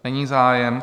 Není zájem.